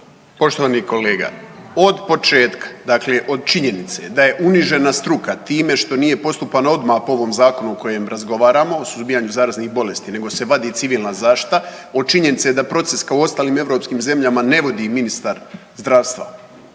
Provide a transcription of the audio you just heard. Poštovani kolega. Od početka, dakle od činjenica da je unižena struka time što nije postupano odmah po ovom zakonu o kojem razgovaramo o suzbijanju zaraznih bolesti nego se vadi civilna zaštita, od činjenice da proces kao u ostalim europskim zemljama ne vodi ministar zdravstva